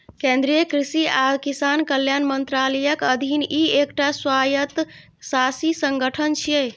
केंद्रीय कृषि आ किसान कल्याण मंत्रालयक अधीन ई एकटा स्वायत्तशासी संगठन छियै